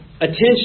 attention